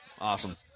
Awesome